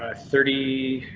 ah thirty.